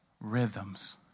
rhythms